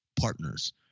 partners